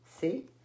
See